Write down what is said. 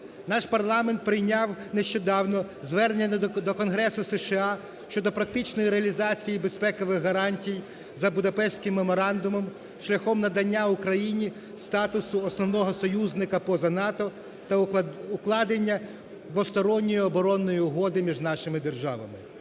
Наш парламент прийняв нещодавно звернення до Конгресу США щодо практичної реалізації безпекових гарантій за Будапештським меморандумом шляхом надання Україні статусу основного союзника поза НАТО та укладення двосторонньої оборонної угоди між нашими державами.